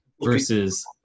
versus